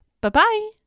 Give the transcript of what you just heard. Bye-bye